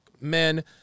men